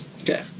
Okay